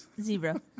Zebra